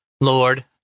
Lord